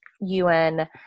UN